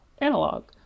analog